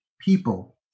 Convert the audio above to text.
people